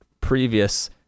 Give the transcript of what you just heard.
previous